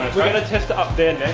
we're gonna test up in